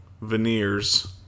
veneers